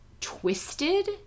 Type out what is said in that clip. twisted